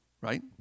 right